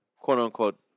quote-unquote